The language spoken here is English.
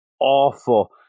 awful